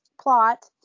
plot